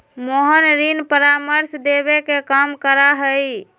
मोहन ऋण परामर्श देवे के काम करा हई